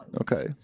Okay